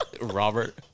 Robert